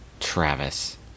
Travis